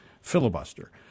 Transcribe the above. filibuster